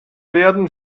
werden